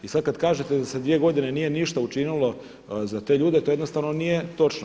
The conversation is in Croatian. I sada kada kažete da se dvije godine nije ništa učinilo za te ljude to jednostavno nije točno.